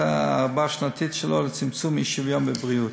הארבע-שנתית שלו לצמצום האי-שוויון בבריאות.